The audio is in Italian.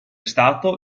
stato